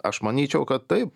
aš manyčiau kad taip